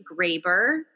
Graber